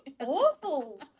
awful